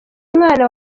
mwana